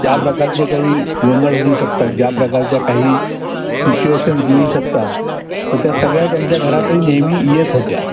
ज्या प्रकारचे काही गोंधळ होऊ शकतात ज्या प्रकारच्या काही सिच्युएशन्स येऊ शकतात तर त्या सगळ्या त्यांच्या घरातही नेहमी येत होत्या